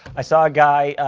i saw a guy.